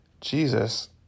Jesus